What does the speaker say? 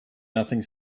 nothing